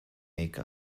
make